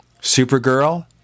Supergirl